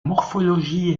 morphologie